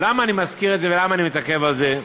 למה אני מזכיר את זה ולמה אני מתעכב על זה?